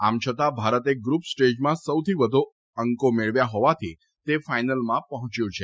આમ છતાં ભારતે ગ્રુપ સ્ટેજમાં સૌથી વધુ અંકો મેળવ્યા હોવાથી તે ફાઇનલમાં પહોંચ્યું છે